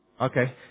Okay